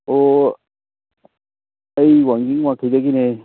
ꯑꯣ ꯑꯩ ꯋꯥꯡꯖꯤꯡ ꯋꯥꯡꯈꯩꯗꯒꯤꯅꯦ